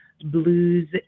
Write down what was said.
Blues